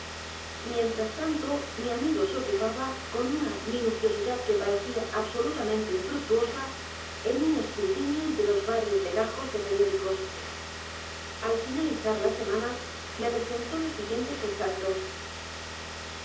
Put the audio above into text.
mientras tanto mi amigo se ocupaba con una minuciosidad que parecía absolutamente infructuosa en un escrutinio de los varios legajos de periódicos al finalizar la semana me presentó los siguientes extractos